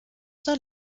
oder